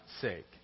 sake